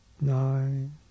Nine